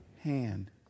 hand